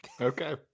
Okay